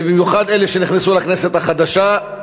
ובמיוחד אלה שנכנסו לכנסת החדשה,